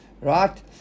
right